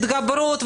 התגברות,